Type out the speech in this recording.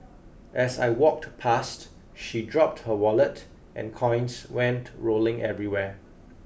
as I walked past she dropped her wallet and coins went rolling everywhere